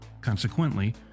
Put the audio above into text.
Consequently